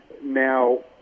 Now